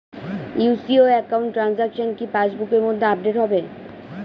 UCO account transaction কি পাস বুকের মধ্যে আপডেট হবে?